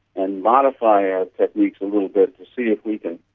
and modify our techniques a little bit to see if we can